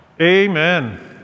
Amen